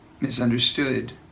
misunderstood